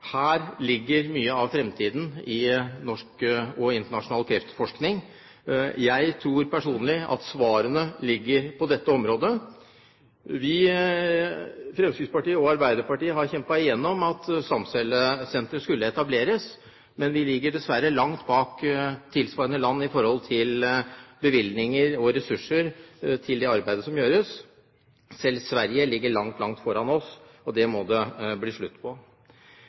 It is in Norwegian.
Her ligger mye av fremtiden i norsk og internasjonal kreftforskning. Jeg tror personlig at svarene ligger på dette området. Fremskrittspartiet og Arbeiderpartiet har kjempet igjennom at Stamcellesenteret skulle etableres, men vi ligger dessverre langt bak tilsvarende land med hensyn til bevilgninger og ressurser til det arbeidet som gjøres – selv Sverige ligger langt, langt foran oss. Det må det bli slutt på.